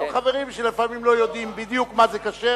אבל חברים שלפעמים לא יודעים בדיוק מה זה כשר,